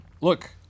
Look